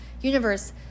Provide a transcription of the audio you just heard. universe